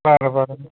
बरं बरं